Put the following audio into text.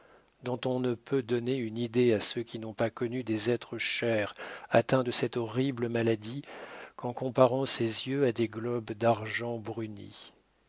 dont on ne peut donner une idée à ceux qui n'ont pas connu des êtres chers atteints de cette horrible maladie qu'en comparant ses yeux à des globes d'argent bruni